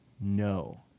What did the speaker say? no